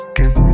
Cause